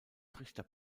trichter